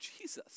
Jesus